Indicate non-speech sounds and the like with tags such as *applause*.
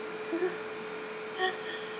*laughs*